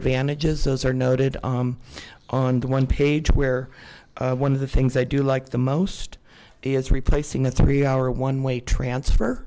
advantages those are noted on the one page where one of the things i do like the most he is replacing a three hour one way transfer